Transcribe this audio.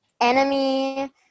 enemy